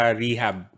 rehab